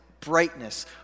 brightness